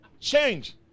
Change